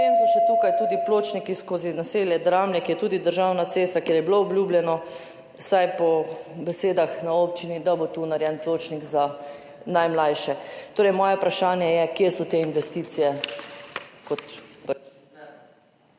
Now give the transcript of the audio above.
Potem so tukaj še pločniki skozi naselje Dramlje, kjer je tudi državna cesta in je bilo obljubljeno, vsaj po besedah na občini, da bo tu narejen pločnik za najmlajše. Moje vprašanje je: Kje so te investicije?